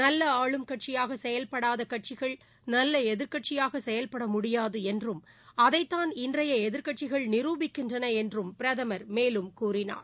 நல்லஆளும் கட்சியாகசெயல்படாதகட்சிகள் நல்லஎதிர்கட்சியாகசெயல்படமுடியாதுஎன்றும் அதைதான் இன்றையஎதிர்கட்சிகள் நிறுபிக்கின்றனஎன்றும் பிரதமர் மேலும் கூறினார்